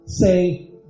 say